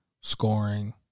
scoring